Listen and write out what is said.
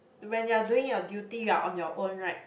when you are doing your duty you are on your own right